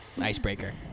icebreaker